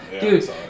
dude